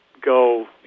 go